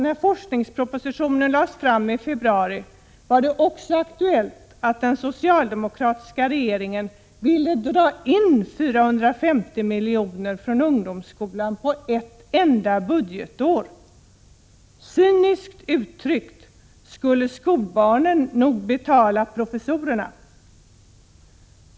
När forskningspropositionen lades fram i februari var det också aktuellt att den socialdemokratiska regeringen ville dra in 450 miljoner från ungdomsskolan på ett enda budgetår. Cyniskt uttryckt, skulle skolbarnen betala professorerna!